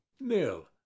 nil